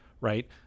right